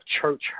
church